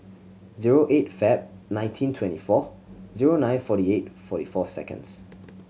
zero eight Feb nineteen twenty four zero nine forty eight forty four seconds